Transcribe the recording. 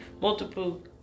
multiple